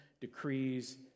decrees